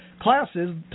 classes